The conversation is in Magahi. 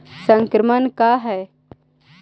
संक्रमण का है?